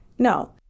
No